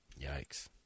Yikes